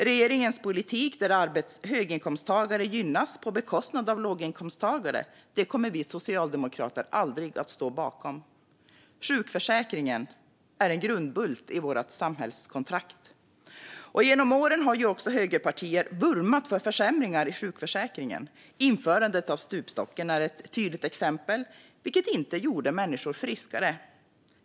Regeringens politik, där höginkomsttagare gynnas på bekostnad av låginkomsttagare, kommer vi socialdemokrater aldrig att stå bakom. Sjukförsäkringen är en grundbult i vårt samhällskontrakt. Genom åren har högerpartier vurmat för försämringar i sjukförsäkringen. Införandet av stupstocken är ett tydligt exempel, vilket inte gjorde människor friskare.